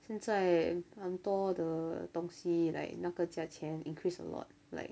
现在很多的东西 like 那个价钱 increase a lot like